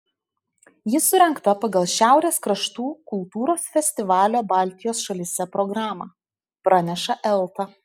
ji surengta pagal šiaurės kraštų kultūros festivalio baltijos šalyse programą praneša elta